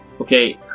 okay